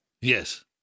Yes